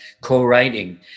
co-writing